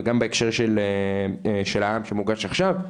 וגם בהקשר של הערר שמוגש עכשיו,